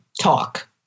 talk